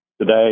today